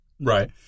Right